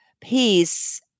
peace